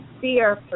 fear